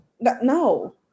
no